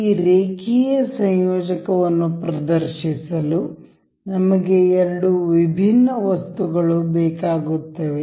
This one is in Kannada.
ಈ ರೇಖೀಯ ಸಂಯೋಜಕವನ್ನು ಪ್ರದರ್ಶಿಸಲು ನಮಗೆ ಎರಡು ವಿಭಿನ್ನ ವಸ್ತುಗಳು ಬೇಕಾಗುತ್ತವೆ